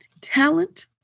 talent